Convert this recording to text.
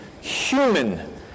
human